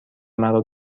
مرا